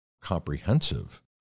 comprehensive